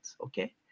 okay